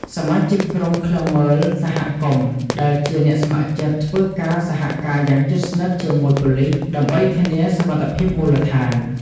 សមាជិកក្រុមឃ្លាំមើលសហគមន៍ដែលជាអ្នកស្ម័គ្រចិត្តធ្វើការសហការយ៉ាងជិតស្និទ្ធជាមួយប៉ូលិស ដើម្បីធានាសុវត្ថិភាពមូលដ្ឋាន។